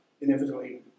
inevitably